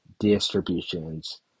distributions